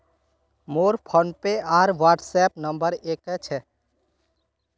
मोर फोनपे आर WhatsApp number एक क छेक